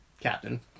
Captain